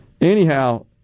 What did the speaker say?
Anyhow